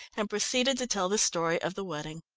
and proceeded to tell the story of the wedding.